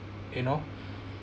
you know